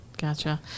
Gotcha